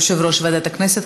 יושב-ראש ועדת הכנסת,